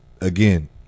again